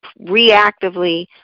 reactively